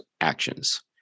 actions